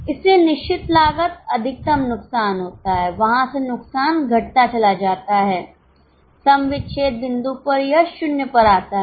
इसलिए निश्चित लागत अधिकतम नुकसान होता है वहां से नुकसान घटता चला जाता है सम विच्छेद बिंदु पर यह 0 पर आता है